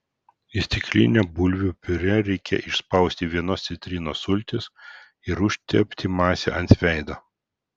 į stiklinę bulvių piurė reikia išspausti vienos citrinos sultis ir užtepti masę ant veido